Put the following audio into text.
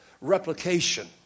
replication